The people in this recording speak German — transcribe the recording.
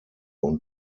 und